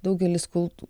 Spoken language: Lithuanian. daugelis kul